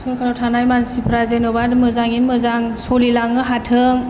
सरखाराव थानाय मानसिफ्रा जेन'बा मोजाङैनो मोजां सोलिलांनो हाथों